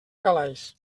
calaix